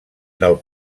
del